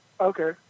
Okay